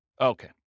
Okay